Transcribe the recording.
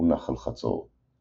הוא נחל חצור.